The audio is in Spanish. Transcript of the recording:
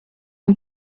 han